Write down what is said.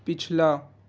پچھلا